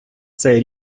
цей